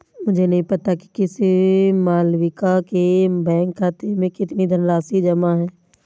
मुझे नही पता कि किसी मालविका के बैंक खाते में कितनी धनराशि जमा है